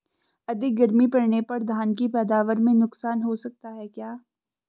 अधिक गर्मी पड़ने पर धान की पैदावार में नुकसान हो सकता है क्या?